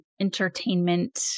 entertainment